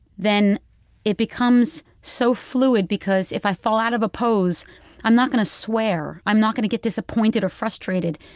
then it becomes so fluid. because if i fall out of a pose i'm not going to swear, i'm not going to get disappointed or frustrated.